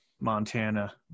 montana